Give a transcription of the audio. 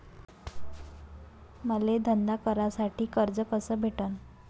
मले धंदा करासाठी कर्ज कस भेटन?